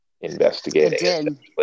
investigating